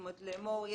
לאמור,